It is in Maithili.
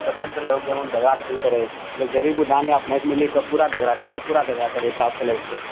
पते नहि चललै ओ गेममे झगड़ा कथिके रहै मतलब ढ़ेरी अपनेसँ मिली कऽ पूरा झगड़ा करै पूरा झगड़ा करै तास खेलै ओते